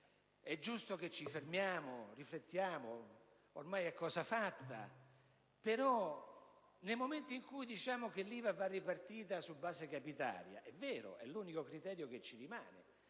È giusto però che ci fermiamo a riflettere: certo, ormai è cosa fatta, ma, nel momento in cui diciamo che l'IVA va ripartita su base capitaria, se è vero che è l'unico criterio che ci rimane,